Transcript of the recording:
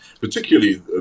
particularly